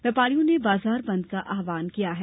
व्यापारियों ने बाजार बंद का आहवान किया है